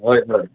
হয় হয়